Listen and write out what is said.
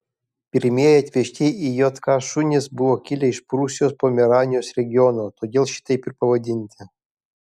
pirmieji atvežti į jk šunys buvo kilę iš prūsijos pomeranijos regiono todėl šitaip ir pavadinti